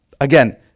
Again